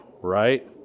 right